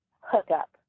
Hookup